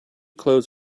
clothes